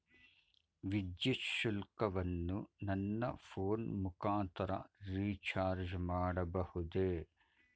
ವಿದ್ಯುತ್ ಶುಲ್ಕವನ್ನು ನನ್ನ ಫೋನ್ ಮುಖಾಂತರ ರಿಚಾರ್ಜ್ ಮಾಡಬಹುದೇ?